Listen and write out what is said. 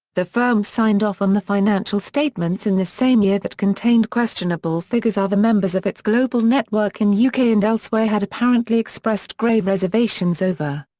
the firm signed off on the financial statements in the same year that contained questionable figures other members of its global network in yeah uk and elsewhere had apparently expressed grave reservations over.